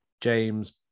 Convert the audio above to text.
James